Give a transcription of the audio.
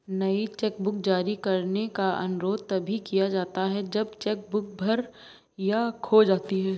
नई चेकबुक जारी करने का अनुरोध तभी किया जाता है जब चेक बुक भर या खो जाती है